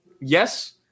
yes